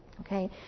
okay